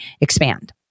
expand